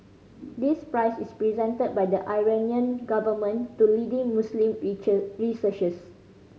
this prize is presented by the Iranian government to leading Muslim researchers